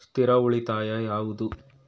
ಸ್ಥಿರ ಉಳಿತಾಯ ಯಾವುದು?